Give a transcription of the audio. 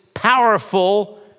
powerful